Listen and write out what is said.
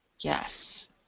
Yes